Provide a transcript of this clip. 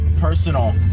personal